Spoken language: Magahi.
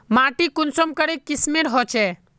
माटी कुंसम करे किस्मेर होचए?